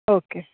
okay